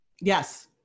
Yes